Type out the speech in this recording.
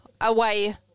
away